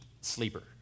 sleeper